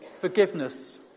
forgiveness